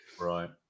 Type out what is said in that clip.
right